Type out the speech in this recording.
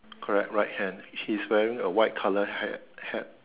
correct right hand he's wearing a white color hat hat